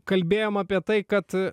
kalbėjom apie tai kad